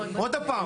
עוד הפעם.